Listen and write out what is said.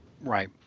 right